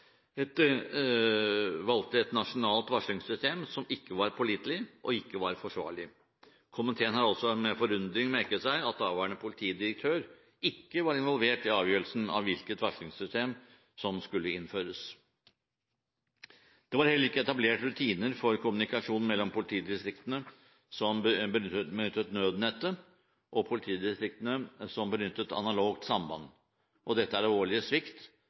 et nasjonalt varslingssystem som ikke var pålitelig og ikke var forsvarlig. Komiteen har også med forundring merket seg at daværende politidirektør ikke var involvert i avgjørelsen av hvilket varslingssystem som skulle innføres. Det var heller ikke etablert rutiner for kommunikasjon mellom politidistriktene som benyttet nødnettet og politidistriktene som benyttet analogt samband. Dette er en alvorlig svikt,